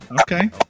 Okay